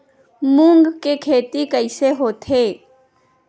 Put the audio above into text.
मूंग के खेती कइसे होथे?